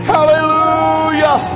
Hallelujah